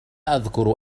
أذكر